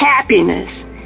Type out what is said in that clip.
happiness